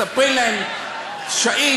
מספרים להם: שהיד,